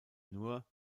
nur